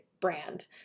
brand